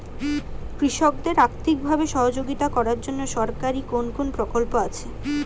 কৃষকদের আর্থিকভাবে সহযোগিতা করার জন্য সরকারি কোন কোন প্রকল্প আছে?